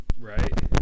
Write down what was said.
Right